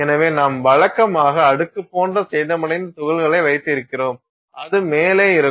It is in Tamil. எனவே நாம் வழக்கமாக அடுக்கு போன்ற சேதமடைந்த துகள்களை வைத்திருக்கிறோம் அது மேலே இருக்கும்